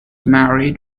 married